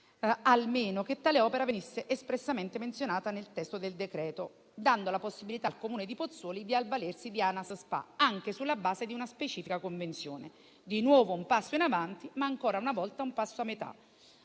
almeno che tale opera venisse espressamente menzionata nel testo del decreto-legge, dando la possibilità al Comune di Pozzuoli di avvalersi di Anas SpA, anche sulla base di una specifica convenzione: di nuovo un passo in avanti, ma ancora una volta un passo a metà;